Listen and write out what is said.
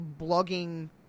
blogging